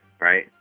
right